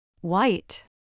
White